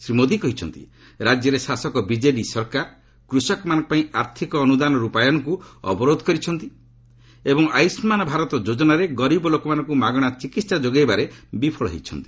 ସେ କହିଛନ୍ତି ରାଜ୍ୟରେ ଶାସକ ବିଜେଡ଼ି ସରକାର କୃଷକମାନଙ୍କ ପାଇଁ ଆର୍ଥିକ ଅନୁଦାନ ରୂପାୟନକୁ ଅବରୋଧ କରିଛନ୍ତି ଏବଂ ଆୟୁଷ୍ମାନ୍ ଭାରତ ଯୋଜନାରେ ଗରିବ ଲୋକମାନଙ୍କୁ ମାଗଣା ଚିକିତ୍ସା ଯୋଗାଇବାରେ ବିଫଳ ହୋଇଛନ୍ତି